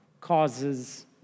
causes